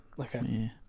Okay